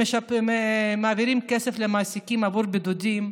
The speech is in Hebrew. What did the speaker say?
שמעבירות כסף למעסיקים עבור בידודים,